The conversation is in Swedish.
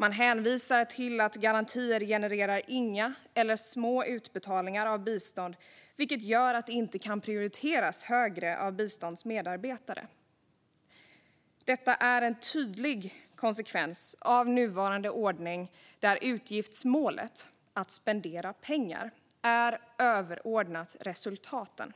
Man hänvisar till att garantier genererar inga eller små utbetalningar av bistånd, vilket gör att det inte kan prioriteras högre av Sidas medarbetare. Detta är en tydlig konsekvens av nuvarande ordning, där utgiftsmålet - att spendera pengar - är överordnat resultaten.